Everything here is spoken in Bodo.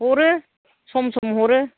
हरो सम सम हरो